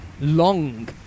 long